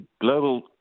global